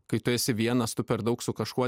kai tu esi vienas tu per daug su kažkuo